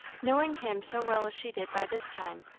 knowing him so well as she did by this time,